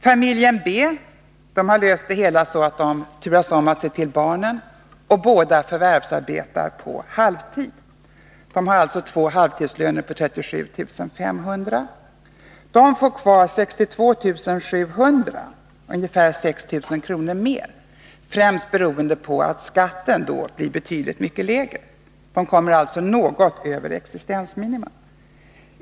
Familjen B har löst det hela så att föräldrarna turas om att se till barnen, och båda förvärvsarbetar på halvtid. De har alltså två halvtidslöner på 37 500 kr. De får kvar 62 700 kr., dvs. ungefär 6 000 kr. mer än familjen A, främst beroende på att skatten blir mycket lägre. De kommer alltså något över existensminimum.